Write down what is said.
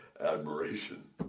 admiration